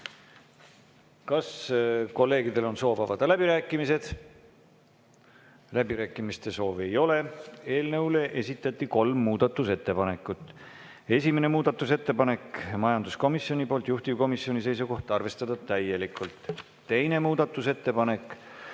Kas kolleegidel on soovi avada läbirääkimised? Läbirääkimiste soovi ei ole. Eelnõu kohta esitati kolm muudatusettepanekut. Esimene muudatusettepanek on majanduskomisjonilt, juhtivkomisjoni seisukoht: arvestada täielikult. Teine muudatusettepanek,